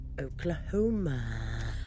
Oklahoma